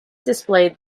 displayed